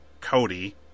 Cody